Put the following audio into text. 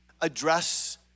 address